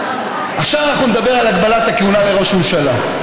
עכשיו אנחנו נדבר על הגבלת הכהונה לראש ממשלה.